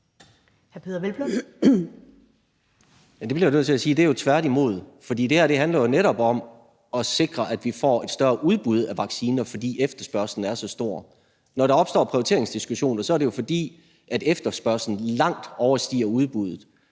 Der bliver jeg nødt til at sige: tværtimod. For det her handler jo netop om at sikre, at vi får et større udbud af vacciner, fordi efterspørgslen er så stor. Når der opstår prioriteringsdiskussioner, er det jo, fordi efterspørgslen langt overstiger udbuddet,